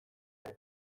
ere